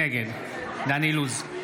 נגד דן אילוז,